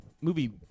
movie